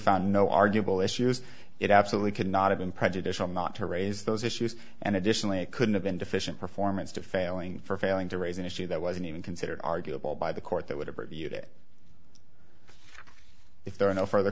found no arguable issues it absolutely could not have been prejudicial not to raise those issues and additionally it could have been deficient performance to failing for failing to raise an issue that wasn't even considered arguable by the court that would have reviewed it if there are no further